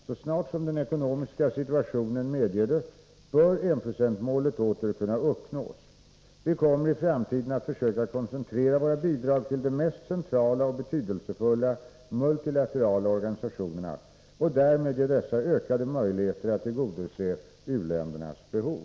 Så snart som den ekonomiska situationen medger det bör enprocentsmålet åter kunna uppnås. Vi kommer i framtiden att försöka koncentrera våra bidrag till de mest centrala och betydelsefulla multilaterala organisationerna och därmed ge dessa ökade möjligheter att tillgodose uländernas behov.